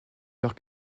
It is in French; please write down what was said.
leurs